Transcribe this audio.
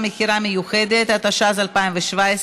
התשע"ז 2017,